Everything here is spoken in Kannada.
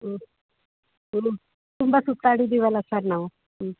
ಹ್ಞೂ ಹ್ಞೂ ತುಂಬ ಸುತ್ತಾಡಿದ್ದೀವಲ್ಲ ಸರ್ ನಾವು ಹ್ಞೂ